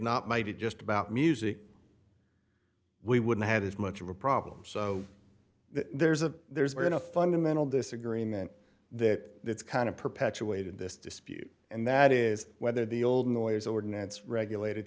not made it just about music we wouldn't have as much of a problem so there's a there's been a fundamental disagreement that it's kind of perpetuated this dispute and that is whether the old noise ordinance regulated